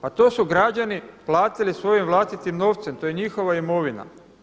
Pa to su građani platili svojim vlastitim novcem, to je njihova imovina.